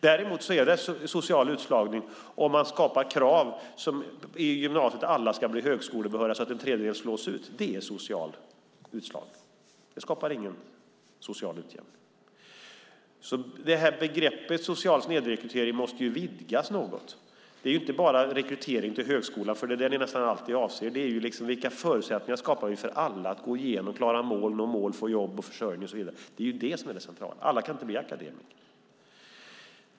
Däremot är det social utslagning om man inför krav i gymnasiet på att alla ska bli högskolebehöriga, vilket medför att en tredjedel slås ut. Det är social utslagning. Det skapar ingen social utjämning. Begreppet social snedrekrytering måste vidgas något. Det handlar inte bara om rekrytering till högskolan, vilket ni nästan alltid avser, utan vilka förutsättningar vi skapar för alla att gå igenom skolan, nå målen, få jobb, försörjning och så vidare. Det är det centrala. Alla kan inte bli akademiker.